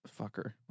fucker